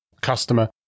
customer